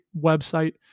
website